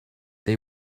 they